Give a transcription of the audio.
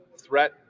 threat